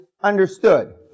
understood